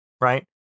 right